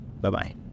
bye-bye